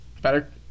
Better